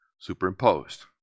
superimposed